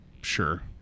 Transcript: Sure